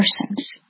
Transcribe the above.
persons